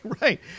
right